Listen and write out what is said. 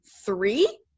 three